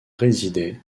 résidait